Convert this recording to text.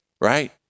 Right